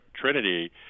trinity